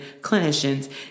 clinicians